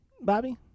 Bobby